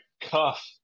cuff